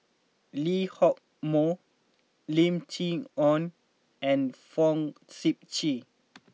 Lee Hock Moh Lim Chee Onn and Fong Sip Chee